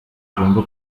agomba